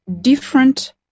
different